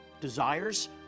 desires